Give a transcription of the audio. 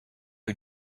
who